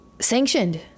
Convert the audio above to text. sanctioned